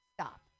stop